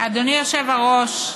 אדוני היושב-ראש,